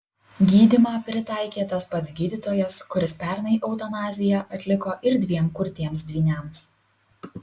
gydymą pritaikė tas pats gydytojas kuris pernai eutanaziją atliko ir dviem kurtiems dvyniams